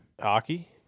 Hockey